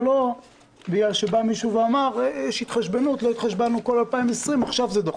לא כי מישהו אמר לא התחשבנו כל 2020 עכשיו זה דחוף.